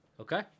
Okay